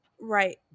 Right